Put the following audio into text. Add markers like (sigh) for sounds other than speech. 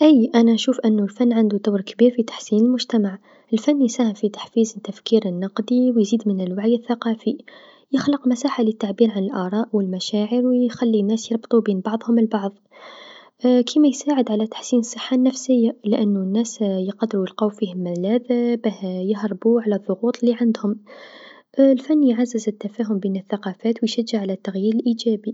أي أنا نشوف أنو الفن عندو دور كبير في تحسين المجتمع، الفن يساهم في تحفيز التفكير النقدي و يزيد من الوعي الثقافي، يخلق مساحه للتعبير عن الآراء و المشاعر و يخلي الناس يربطو بين بعضهم البعض (hesitation) كما يساعد على تحسين الصحه النفسيه، لأنو الناس يقدرو لقاو فيه ملاذ (hesitation) باه يهربو على الضغوط لعندهم (hesitation) الفن يغزز التفاهم بين الثقافات و يشجع على تغيير الإيجابي.